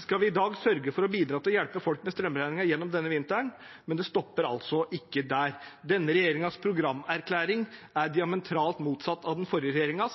skal vi i dag sørge for å bidra til å hjelpe folk med strømregningen gjennom denne vinteren, men det stopper altså ikke der. Denne regjeringens programerklæring er diametralt motsatt av den forrige